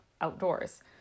outdoors